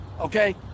okay